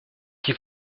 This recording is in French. qui